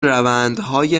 روندهای